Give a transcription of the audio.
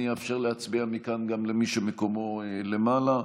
אני אאפשר להצביע מכאן גם למי שמקומו למעלה.